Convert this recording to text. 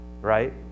Right